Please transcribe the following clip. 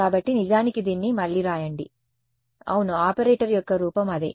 కాబట్టి నిజానికి దీన్ని మళ్లీ వ్రాయండి అవును ఆపరేటర్ యొక్క రూపం అదే